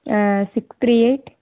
six three eight